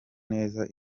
neza